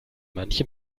manche